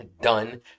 Done